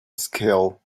skill